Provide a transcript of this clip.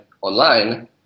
online